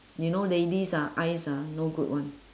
you know ladies ah eyes ah no good [one]